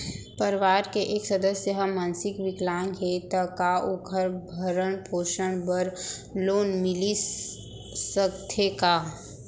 परवार के एक सदस्य हा मानसिक विकलांग हे त का वोकर भरण पोषण बर लोन मिलिस सकथे का?